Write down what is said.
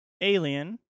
Alien